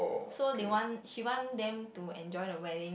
so they want she want them to enjoy the wedding